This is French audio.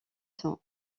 sont